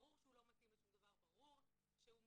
ברור שהוא לא מתאים לשום דבר, ברור שהוא מחכה,